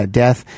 death